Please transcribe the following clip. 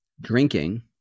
drinking